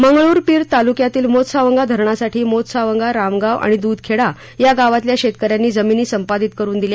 मंगरूळपीर तालुक्यातील मोतसावंगा धरणासाठी मोतसावंगा रामगाव आणि दुधखेडा या गावातल्या शेतक यांनी जमिनी संपादित करून दिल्या